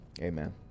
Amen